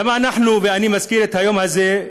למה אנחנו ואני מזכירים את היום הזה?